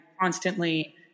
constantly